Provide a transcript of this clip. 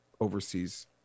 overseas